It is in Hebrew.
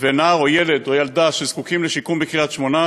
ונער או ילד או ילדה שזקוקים לשיקום בקריית-שמונה,